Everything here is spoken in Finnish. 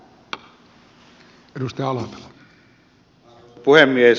arvoisa puhemies